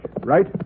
right